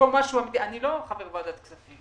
מחודש ינואר קוצצו התמרוץ והטיפוח לתלמידי